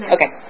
Okay